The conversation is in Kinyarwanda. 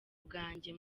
bwanjye